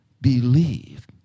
believe